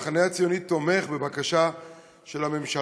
המחנה הציוני תומך בבקשה של הממשלה.